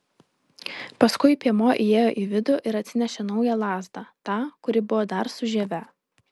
paskui piemuo įėjo į vidų ir atsinešė naują lazdą tą kuri buvo dar su žieve